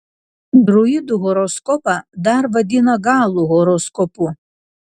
druidų horoskopą dar vadina galų horoskopu